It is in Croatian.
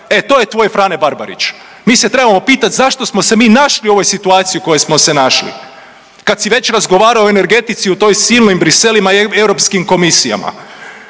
E to je tvoj Frane Barbarić. Mi se trebamo pitat zašto smo se mi našli u ovoj situaciji u kojoj smo se našli, kad si već razgovarao o energetici u toj silnim Briselima i europskim komisijama.